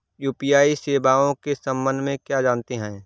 UPI सेवाओं के संबंध में क्या जानते हैं?